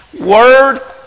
word